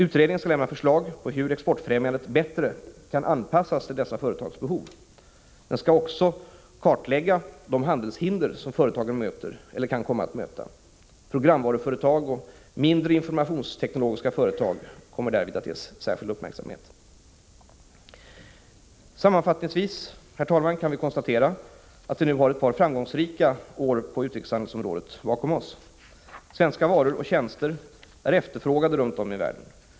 Utredningen skall lämna förslag på hur exportfrämjandet bättre kan anpassas till dessa företags behov. Den skall också kartlägga de handelshinder som företagen möter eller kan komma att möta. Programvaruföretag och mindre informationsteknologiska företag kommer därvid att ges särskild uppmärksamhet. Sammanfattningsvis, herr talman, kan vi konstatera att vi nu har ett par framgångsrika år på utrikeshandelsområdet bakom oss. Svenska varor och tjänster är efterfrågade runt om i världen.